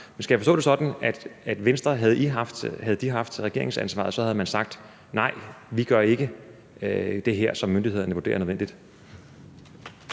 frem. Skal jeg forstå det sådan, at hvis Venstre havde haft regeringsansvaret, havde man sagt: Nej, vi gør ikke det her, som myndighederne vurderer er nødvendigt?